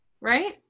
right